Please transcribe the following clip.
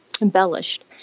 embellished